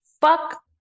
fuck